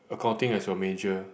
accounting as your major